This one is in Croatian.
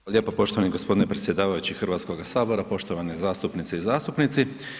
Hvala lijepo poštovani gospodine predsjedavajući Hrvatskog sabora, poštovane zastupnice i zastupnici.